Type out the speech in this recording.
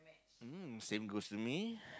mm same goes to me